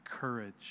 courage